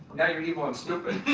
now you're evil and stupid.